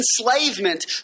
enslavement